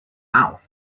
now